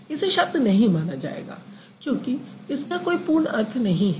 नहीं इसे शब्द नहीं माना जाएगा क्योंकि इसका कोई पूर्ण अर्थ नहीं है